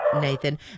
Nathan